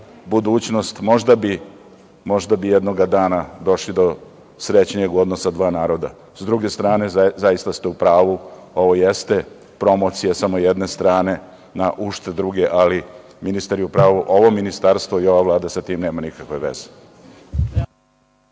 budućnost, možda bi jednog dana došli do srećnijeg odnosa dva naroda. S druge strane, zaista ste u pravu, ovo jeste promocija samo jedne strane na uštrb druge, ali ministar je u pravu ovo Ministarstvo i ova Vlada sa tim nema nikakve veze.